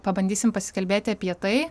pabandysim pasikalbėti apie tai